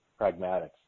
pragmatics